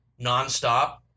nonstop